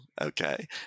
Okay